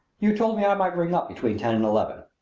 you told me i might ring up between ten and eleven.